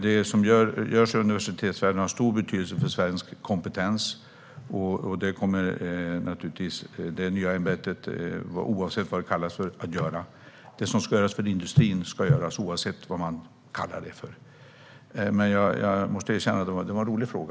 Det som görs i universitetsvärlden har stor betydelse för svensk kompetens, och det nya ämbetet, oavsett vad det kommer att kallas, kommer att ha en viktig roll. Det som ska göras för industrin ska göras oavsett vad man kallar ämbetet för. Jag måste erkänna att det var en rolig fråga.